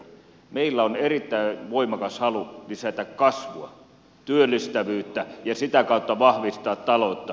meillä on erittäin voimakas halu lisätä kasvua työllistävyyttä ja sitä kautta vahvistaa taloutta